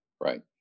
Right